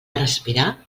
respirar